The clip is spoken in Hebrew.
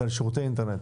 זה על שירותי אינטרנט.